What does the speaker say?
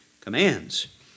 commands